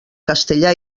castellà